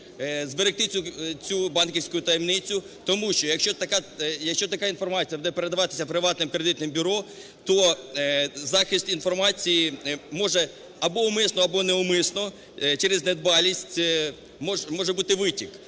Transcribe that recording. зберегти цю банківську таємницю, тому що, якщо така інформація буде передаватися приватним кредитним бюро, то захист інформації може або умисно, або неумисно, через недбалість може бути витік.